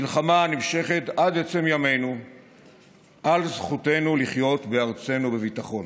מלחמה הנמשכת עד עצם ימינו על זכותנו לחיות בארצנו בביטחון.